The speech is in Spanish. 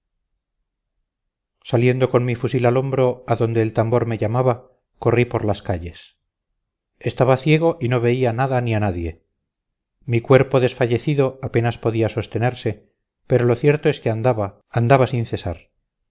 saliendo con mi fusil al hombro a donde el tambor me llamaba corrí por las calles estaba ciego y no veía nada ni a nadie mi cuerpo desfallecido apenas podía sostenerse pero lo cierto es que andaba andaba sin cesar